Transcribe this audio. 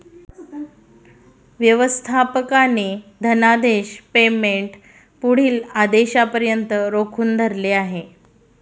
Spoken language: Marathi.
व्यवस्थापकाने धनादेश पेमेंट पुढील आदेशापर्यंत रोखून धरले आहे